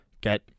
get